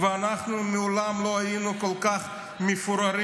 ואנחנו מעולם לא היינו כל כך מפוררים